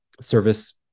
service